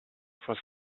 for